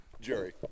Jerry